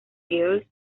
girls